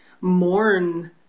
mourn